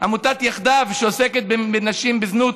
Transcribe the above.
עמותת "יחדיו" שעוסקת בנשים בזנות,